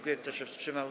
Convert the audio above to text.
Kto się wstrzymał?